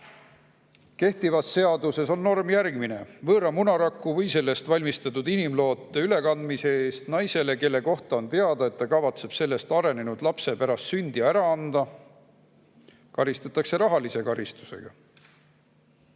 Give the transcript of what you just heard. Kehtivas seaduses on norm järgmine: võõra munaraku või sellest valmistatud inimloote ülekandmise eest naisele, kelle kohta on teada, et ta kavatseb sellest arenenud lapse pärast sündi ära anda, karistatakse rahalise karistusega.